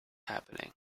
happening